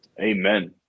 Amen